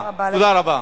תודה רבה.